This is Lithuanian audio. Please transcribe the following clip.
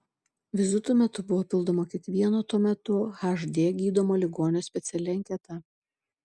vizitų metu buvo pildoma kiekvieno tuo metu hd gydomo ligonio speciali anketa